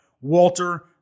Walter